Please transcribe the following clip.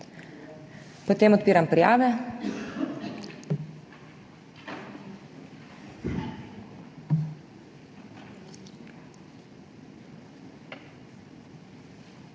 Potem odpiram prijave.